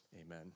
Amen